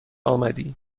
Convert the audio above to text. آمدی